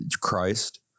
Christ